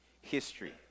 history